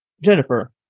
Jennifer